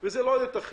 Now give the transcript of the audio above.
זה לא ייתכן.